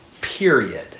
period